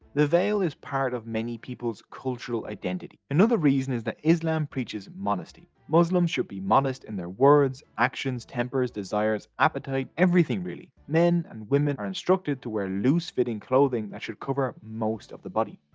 the veil is part of many people's cultural identity. another reason is that islam preaches modesty. muslims should be modest in their words, actions, tempers, desires, appetite, everything really. men and women are instructed to wear loose fitting clothing that should cover most of the body.